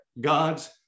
God's